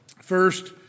First